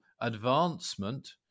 advancement